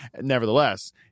nevertheless